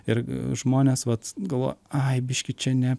ir žmonės vat galvoja ai biškį čia ne